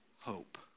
Hope